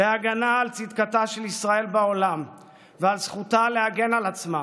בהגנה על צדקתה של ישראל בעולם ועל זכותה להגן על עצמה,